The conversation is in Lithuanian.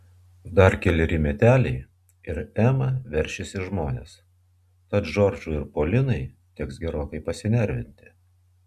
dar keleri meteliai ir ema veršis į žmones tad džordžui ir polinai teks gerokai pasinervinti